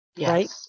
right